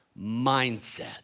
mindset